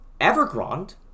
Evergrande